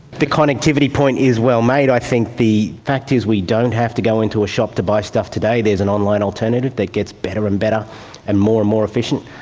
the connectivity point is well made. i think the fact is we don't have to go into a shop to buy stuff today, there is an online alternative that gets better and better and more and more efficient.